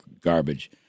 garbage